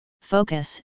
focus